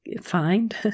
find